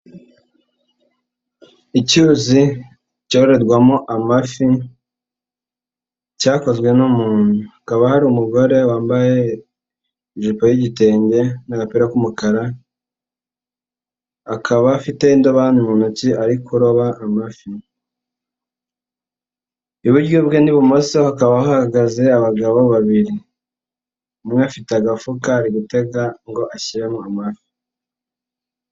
Icyuzi cyorerwamo amafi cyakozwe n'umuntu. Hakaba hari umugore wambaye ijipo y'igitenge n'agapira k'umukara. Akaba afite indobani mu ntoki ari kuroba amafi. Iburyo bwe n'ibumoso hakaba hahagaze abagabo babiri, umwe afite agafuka ari gutega ngo ashyiremo amafi.